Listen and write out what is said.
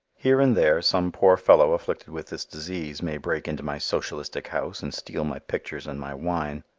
here and there, some poor fellow afflicted with this disease may break into my socialistic house and steal my pictures and my wine.